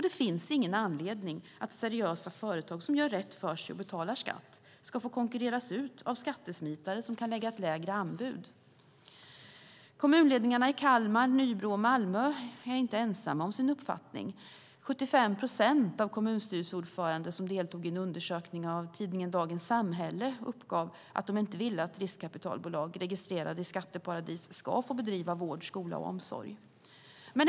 Det finns ingen anledning att seriösa företag som gör rätt för sig och betalar skatt ska få konkurreras ut av skattesmitare som kan lägga ett lägre anbud. Kommunledningarna i Kalmar, Nybro och Malmö är inte ensamma om sin uppfattning. 75 procent av kommunstyrelseordförande som deltog i en undersökning av tidningen Dagens Samhälle uppgav att de inte vill att riskkapitalbolag registrerade i skatteparadis ska få bedriva vård, skola och omsorg.